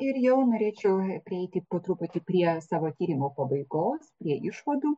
ir jau norėčiau prieiti po truputį prie savo tyrimo pabaigos prie išvadų